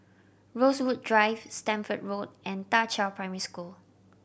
Rosewood Drive Stamford Road and Da Qiao Primary School